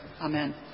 Amen